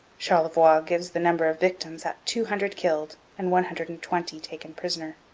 charlevoix gives the number of victims at two hundred killed and one hundred and twenty taken prisoner.